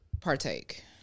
Partake